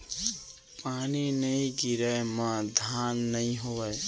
पानी नइ गिरय म धान नइ होवय